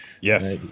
Yes